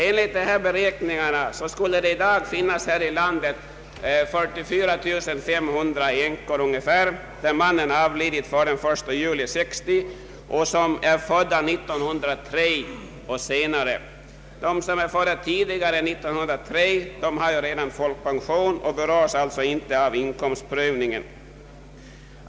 Enligt dessa beräkningar skulle det i dag här i landet finnas ungefär 44 500 änkor till män som avlidit före den 1 juli 1960, och vilka är födda 1903 eller senare. De änkor som är födda tidigare än 1903 uppbär redan folkpension och berörs alltså inte av inkomstprövningen.